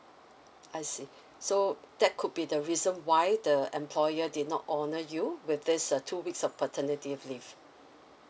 I see so that could be the reason why the employer did not honour you with this uh two weeks of paternity leave